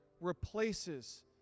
replaces